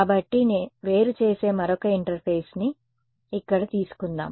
కాబట్టి సరే వేరు చేసే మరొక ఇంటర్ఫేస్ని ఇక్కడ తీసుకుందాం